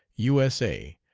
u s a,